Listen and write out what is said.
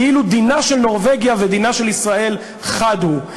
כאילו דינה של נורבגיה ודינה של ישראל חד הם.